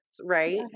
right